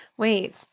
Wait